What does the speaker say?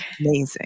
amazing